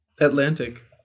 Atlantic